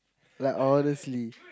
like honestly